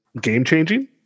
game-changing